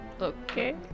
Okay